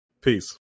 Peace